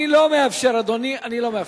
אני לא מאפשר, אדוני, אני לא מאפשר.